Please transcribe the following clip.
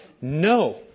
No